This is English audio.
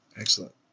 Excellent